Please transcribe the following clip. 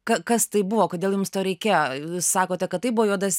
kas tai buvo kodėl jums to reikėjo jūs sakote kad tai buvo juodas